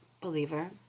believer